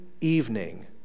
evening